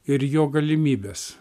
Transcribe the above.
ir jo galimybes